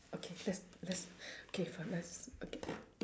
okay let's let's okay let's okay